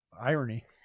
irony